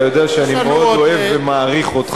אתה יודע שאני מאוד אוהב ומעריך אותך,